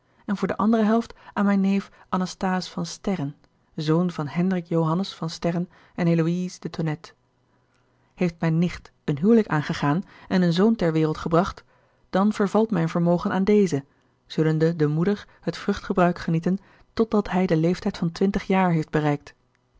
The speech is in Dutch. en voor de andere helft aan mijn neef anasthase van sterren zoon van hendrik johannes van sterren en heloïse de tonnette heeft mijne nicht een huwelijk aangegaan en een zoon ter wereldgebracht dan vervalt mijn vermogen aan dezen zullende de moeder het vruchtgebruik genieten tot dat hij den leeftijd van twintig jaar heeft bereikt